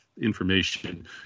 information